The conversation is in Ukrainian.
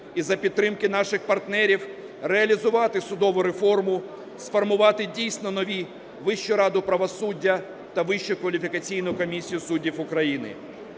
і за підтримки наших партнерів реалізувати судову реформу, сформувати дійсно нові Вищу раду правосуддя та Вищу кваліфікаційну комісію суддів України.